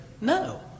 no